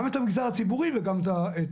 גם את המגזר הציבורי, וגם את הפרטי.